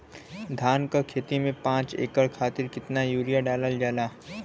धान क खेती में पांच एकड़ खातिर कितना यूरिया डालल जाला?